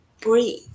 breathe